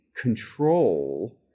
control